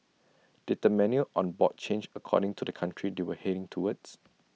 did the menu on board change according to the country they were heading towards